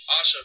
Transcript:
Awesome